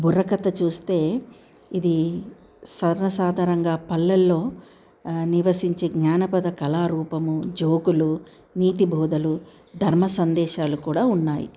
బుర్రకథ చూస్తే ఇది సర్వసాధారణంగా పల్లెల్లో నివసించే జానపద కళారూపము జోకులు నీతి బోధలు ధర్మ సందేశాలు కూడా ఉన్నాయి